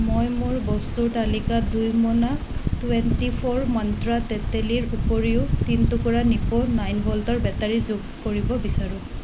মই মোৰ বস্তুৰ তালিকাত দুই মোনা টুৱেণ্টি ফ'ৰ মন্ত্ৰা তেঁতেলীৰ উপৰিও তিনি টুকুৰা নিপ্প' নাইন ভ'ল্টৰ বেটাৰী যোগ কৰিব বিচাৰোঁ